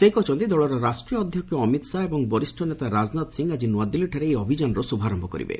ସେ କହିଛନ୍ତି ଦଳର ରାଷ୍ଟ୍ରୀୟ ଅଧ୍ୟକ୍ଷ ଅମିତ ଶାହା ଏବଂ ବରିଷ୍ଠ ନେତା ରାଜନାଥ ସିଂହ ଆକି ନୂଆଦିଲ୍ଲୀଠାରେ ଏହି ଅଭିଯାନର ଶୁଭାରମ୍ଭ କରିବେ